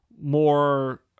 more